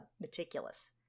meticulous